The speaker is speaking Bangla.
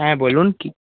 হ্যাঁ বলুন কী